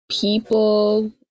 people